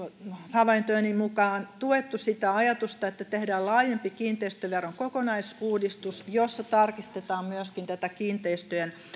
havaintojeni mukaan tuettu sitä ajatusta että tehdään laajempi kiinteistöveron kokonaisuudistus jossa tarkistetaan myöskin kiinteistöjen